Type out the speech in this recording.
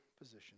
position